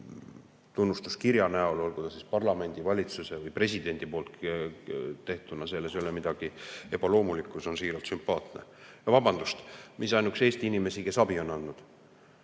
tunnustuskirjaga, olgu see siis parlamendi, valitsuse või presidendi poolt tehtuna. Selles ei ole midagi ebaloomulikku, see on siiralt sümpaatne. Ja vabandust, mitte ainult Eesti inimesi, kes abi on andnud.